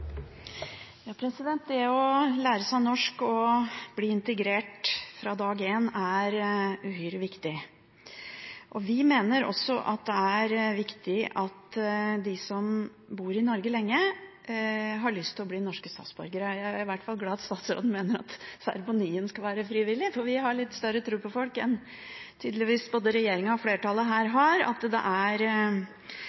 uhyre viktig. Vi mener også at det er viktig at de som har bodd i Norge lenge, har lyst til å bli norske statsborgere. Jeg er i hvert fall glad for at statsråden mener at seremonien skal være frivillig, for vi har litt større tro på folk enn det både regjeringen og flertallet her tydeligvis har: En rask start på integreringen er